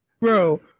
Bro